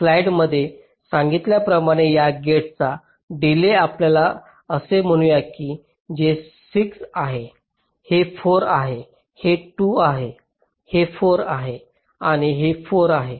slides मध्ये सांगितल्या प्रमाणे या गेट्सचा डिलेज आपल्याला असे म्हणूया की हे 6 आहे हे 4 आहे हे 2 आहे हे 4 आहे आणि हे 4 आहे